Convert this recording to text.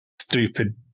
Stupid